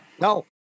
no